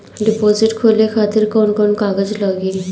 Deposit खोले खातिर कौन कौन कागज लागी?